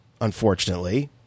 unfortunately